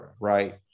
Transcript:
right